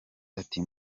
ati